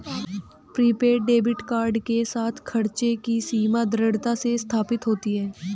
prepaid debit card के साथ, खर्च की सीमा दृढ़ता से स्थापित होती है